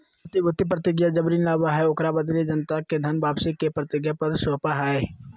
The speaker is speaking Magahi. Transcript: प्रतिभूति प्रतिज्ञापत्र जब ऋण लाबा हइ, ओकरा बदले जनता के धन वापसी के प्रतिज्ञापत्र सौपा हइ